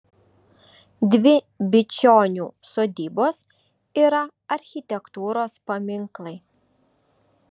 dvi bičionių sodybos yra architektūros paminklai